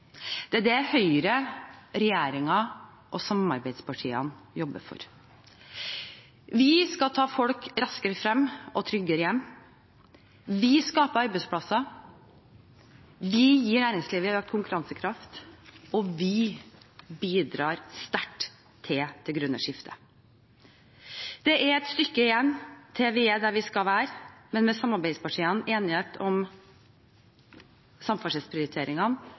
Det er det Høyre, regjeringen og samarbeidspartiene jobber for. Vi skal ta folk raskere frem og tryggere hjem. Vi skaper arbeidsplasser, vi gir næringslivet økt konkurransekraft, og vi bidrar sterkt til det grønne skiftet. Det er et stykke igjen til vi er der vi skal være, men med samarbeidspartienes enighet om samferdselsprioriteringene